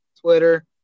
Twitter